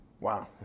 Wow